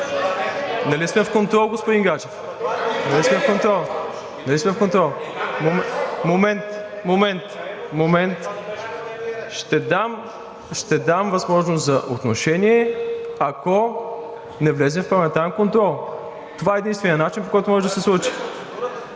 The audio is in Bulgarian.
Нали сме в контрол, господин Гаджев! (Шум и реплики.) Момент, момент, момент! Ще дам възможност за отношение, ако не влезем в парламентарен контрол. Това е единственият начин, по който може да се случи.